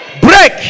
break